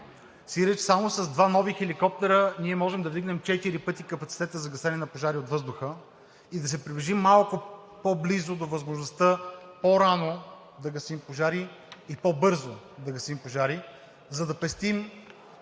сиреч само с два нови хеликоптера ние можем да вдигнем 4 пъти капацитета за гасене на пожари от въздуха и да се приближим малко по-близо до възможността по-рано да гасим пожари и по-бързо да гасим пожари, за да пестим